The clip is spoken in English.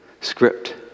script